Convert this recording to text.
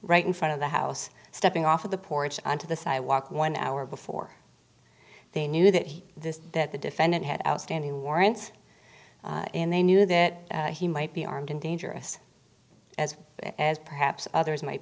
right in front of the house stepping off of the porch onto the sidewalk one hour before they knew that he this that the defendant had outstanding warrants and they knew that he might be armed and dangerous as as perhaps others might